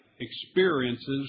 experiences